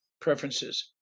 preferences